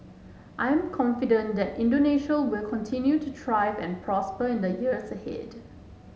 I am confident that Indonesia will continue to thrive and prosper in the years ahead